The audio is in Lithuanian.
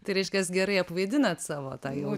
tai reiškias gerai apvaidinat savo tą jau